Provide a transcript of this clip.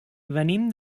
venim